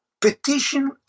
petition